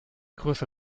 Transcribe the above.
größe